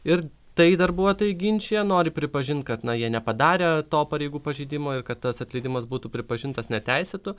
ir tai darbuotojai ginčija nori pripažint kad na jie nepadarė to pareigų pažeidimo ir kad tas atleidimas būtų pripažintas neteisėtu